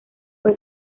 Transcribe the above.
fue